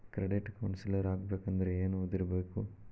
Credit counsellor ಆಗ್ಬೇಕಂದ್ರ ಏನ್ ಓದಿರ್ಬೇಕು?